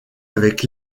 avec